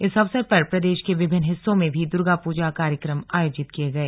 इस अवसर पर प्रदेश के विभिन्न हिस्सों में भी दुर्गा पूजा कार्यक्रम आयोजित किये गये